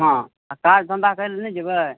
हँ काज धन्धा करै लए नहि जेबै